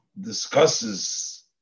discusses